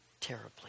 terribly